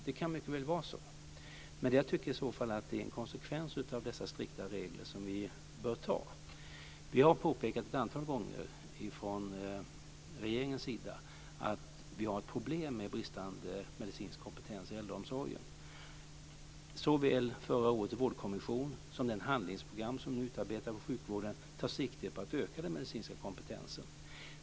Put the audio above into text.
Det kan mycket väl vara så men i så fall tycker jag att det är en konsekvens av dessa strikta regler som vi bör ta. Från regeringens sida har vi ett antal gånger påpekat att vi har ett problem med bristande medicinsk kompetens i äldreomsorgen. Såväl förra årets vårdkommission som det handlingsprogram som nu utarbetats för sjukvården tar sikte på att öka den medicinska kompetensen.